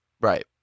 right